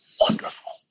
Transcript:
wonderful